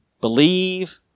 believe